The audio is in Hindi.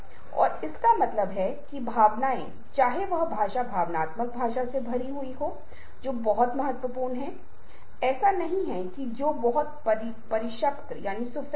यदि आप लिखित भाषा को देख रहे हैं यदि आप प्राचीन चित्र चित्रों को देख रहे हैं तो प्रतीक वस्तुतः किसी चीज़ का प्रतिनिधित्व करते हैं जो मौजूद हैं